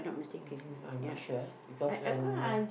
mm I am not sure because when uh